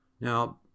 Now